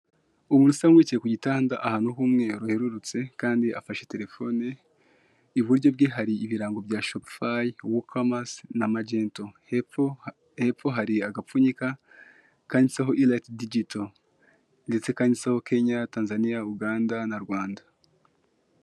Umuntu usa n'uwicaye ku gitanda ahantu h'umweru herurutse kandi afashe telefone, iburyo bwe hari ibirango bya Shopifayi, Wu komase na Magento, hepfo hepfo hari agapfunyika kanditseho irayiti dijito ndetse kanditseho Kenya, Tanzania, Uganda na Rwanda.